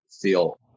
feel